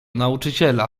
nauczyciela